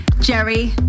jerry